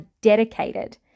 dedicated